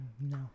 No